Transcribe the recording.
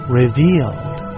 revealed